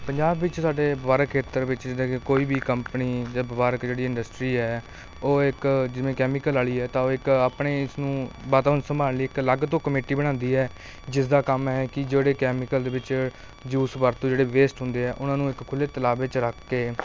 ਪੰਜਾਬ ਵਿੱਚ ਸਾਡੇ ਵਪਾਰਕ ਖੇਤਰ ਵਿੱਚ ਜਿੱਦਾਂ ਕਿ ਕੋਈ ਵੀ ਕੰਪਨੀ ਜਾਂ ਵਪਾਰਕ ਜਿਹੜੀ ਇੰਡਸਟਰੀ ਹੈ ਉਹ ਇੱਕ ਜਿਵੇਂ ਕੈਮੀਕਲ ਵਾਲੀ ਹੈ ਤਾਂ ਉਹ ਇੱਕ ਆਪਣੇ ਇਸ ਨੂੰ ਵਾਤਾਵਰਣ ਸੰਭਾਲਣ ਲਈ ਇੱਕ ਅਲੱਗ ਤੋਂ ਕਮੇਟੀ ਬਣਾਉਂਦੀ ਹੈ ਜਿਸ ਦਾ ਕੰਮ ਹੈ ਕਿ ਜਿਹੜੇ ਕੈਮੀਕਲ ਦੇ ਵਿੱਚ ਜੂਸ ਵਰਤੋਂ ਜਿਹੜੇ ਵੇਸਟ ਹੁੰਦੇ ਆ ਉਹਨਾਂ ਨੂੰ ਇੱਕ ਖੁੱਲ੍ਹੇ ਤਲਾਬ ਵਿੱਚ ਰੱਖ ਕੇ